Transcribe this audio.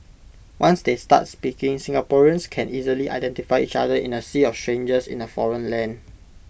once they start speaking Singaporeans can easily identify each other in A sea of strangers in A foreign land